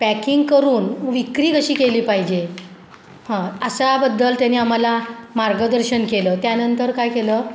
packing करून विक्री कशी केली पाहिजे हां अशाबद्दल त्यांनी आम्हाला मार्गदर्शन केलं त्यानंतर काय केलं